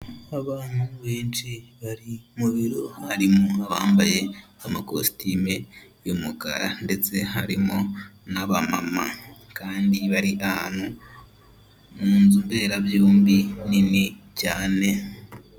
Abantu benshi bari mubiro harimo abambaye amakositime y'umukara ndetse harimo naba'mama kandi bari ahantu munzu mberabyombi nini cyane.